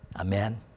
amen